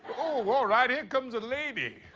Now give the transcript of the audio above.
all right, here comes a lady.